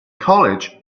college